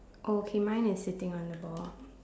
oh okay mine is sitting on the ball